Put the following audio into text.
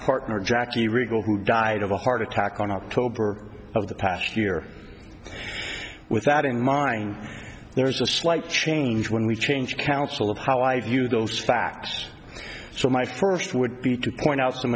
partner jackie regal who died of a heart attack on october of the past year with that in mind there is a slight change when we change counsel of how i view those facts so my first would be to point out some